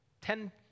ten